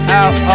out